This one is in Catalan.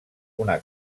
una